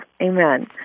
Amen